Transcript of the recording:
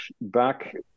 back